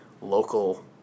local